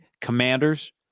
Commanders